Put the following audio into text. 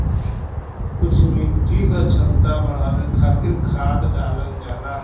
कुछ मिट्टी क क्षमता बढ़ावे खातिर खाद डालल जाला